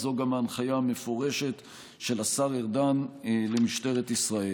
זו גם ההנחיה המפורשת של השר ארדן למשטרת ישראל.